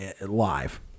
live